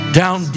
down